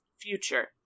future